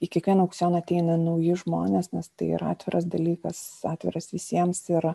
į kiekvieną aukcioną ateina nauji žmonės nes tai yra atviras dalykas atviras visiems yra